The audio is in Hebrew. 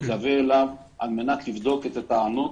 על מנת לבדוק את הטענות.